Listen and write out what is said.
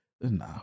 Nah